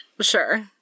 sure